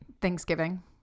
Thanksgiving